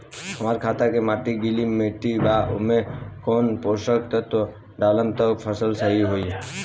हमार खेत के माटी गीली मिट्टी बा ओमे कौन सा पोशक तत्व डालम त फसल सही होई?